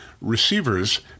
receivers